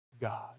God